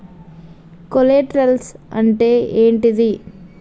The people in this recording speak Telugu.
కొలేటరల్స్ అంటే ఏంటిది?